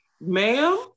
ma'am